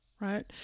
right